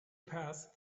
passed